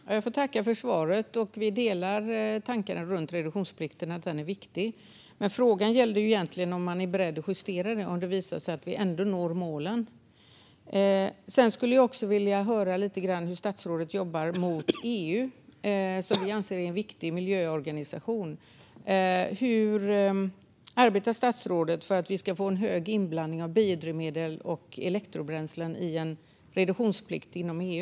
Fru talman! Jag får tacka för svaret. Vi delar tanken runt reduktionsplikten - att den är viktig. Men frågan gällde egentligen om man är beredd att justera den om det visar sig att vi ändå når målen. Sedan skulle jag vilja höra lite grann om hur statsrådet jobbar mot EU, som vi anser är en viktig miljöorganisation. Hur arbetar statsrådet för att vi ska få en hög inblandning av biodrivmedel och elektrobränslen i en reduktionsplikt inom EU?